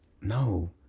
No